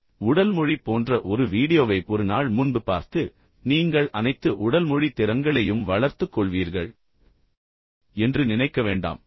எனவே உடல் மொழி போன்ற ஒரு வீடியோவைப் ஒரு நாள் முன்பு பார்த்து நீங்கள் அனைத்து உடல் மொழி திறன்களையும் வளர்த்துக் கொள்வீர்கள் என்று நினைக்க வேண்டாம்